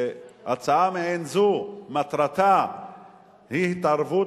שהצעה מעין זאת מטרתה היא התערבות